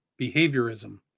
behaviorism